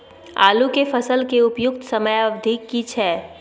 आलू के फसल के उपयुक्त समयावधि की छै?